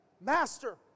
Master